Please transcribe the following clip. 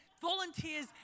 Volunteers